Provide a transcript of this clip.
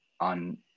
on